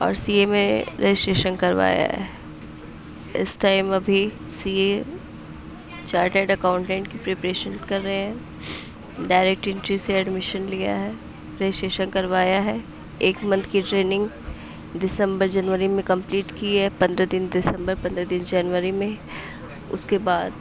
اور C A میں registration کروایا ہے اس ٹائم ابھی سی اے چارٹرڈ اکاؤنٹینٹ کی پریپریشن کر رہے ہیں ڈائریکٹ انٹری سے ایڈمیشن لیا ہے رجسٹریشن کروایا ہے ایک منتھ کی ٹریننگ دسمبر جنوری میں کمپلیٹ کی ہے پندرہ دن دسمبر پندرہ دن جنوری میں اس کے بعد